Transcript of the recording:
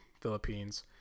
Philippines